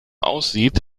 aussieht